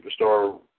superstar